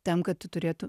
tam kad tu turėtų